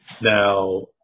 Now